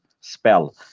spell